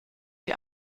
die